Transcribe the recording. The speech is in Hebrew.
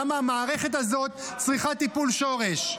למה המערכת הזאת צריכה טיפול שורש.